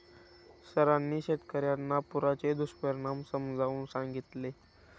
सरांनी शेतकर्यांना पुराचे दुष्परिणाम समजावून सांगितले